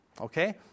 Okay